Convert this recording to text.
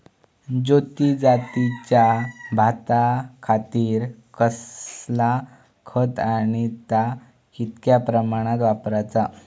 ज्योती जातीच्या भाताखातीर कसला खत आणि ता कितक्या प्रमाणात वापराचा?